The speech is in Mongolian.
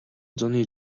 зуны